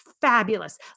fabulous